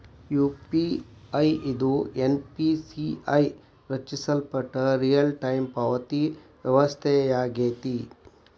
UPI ಇದು NPCI ರಚಿಸಲ್ಪಟ್ಟ real time ಪಾವತಿ ವ್ಯವಸ್ಥೆಯಾಗೆತಿ